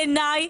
בעיניי,